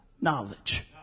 knowledge